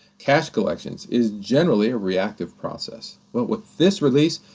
cash collections is generally a reactive process, but with this release,